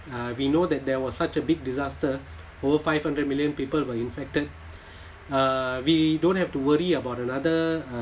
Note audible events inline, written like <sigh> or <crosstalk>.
uh we know that there was such a big disaster over five hundred million people were infected <breath> uh we don't have to worry about another uh